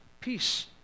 peace